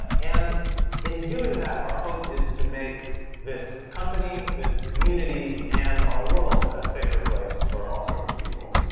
and in doing that, our hope is to make this company, this community, and our world a safer place for all sorts of people.